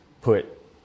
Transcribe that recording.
put